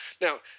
Now